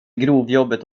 grovjobbet